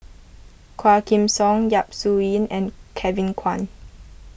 Quah Kim Song Yap Su Yin and Kevin Kwan